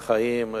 בחיים,